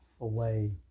away